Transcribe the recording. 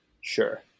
sure